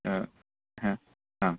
आम्